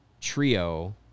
trio